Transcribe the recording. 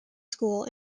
school